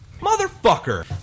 Motherfucker